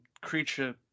creature